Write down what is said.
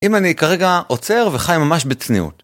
אם אני כרגע עוצר וחי ממש בצניעות.